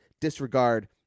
disregard